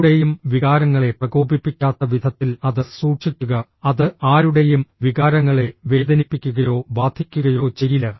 ആരുടെയും വികാരങ്ങളെ പ്രകോപിപ്പിക്കാത്ത വിധത്തിൽ അത് സൂക്ഷിക്കുക അത് ആരുടെയും വികാരങ്ങളെ വേദനിപ്പിക്കുകയോ ബാധിക്കുകയോ ചെയ്യില്ല